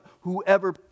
whoever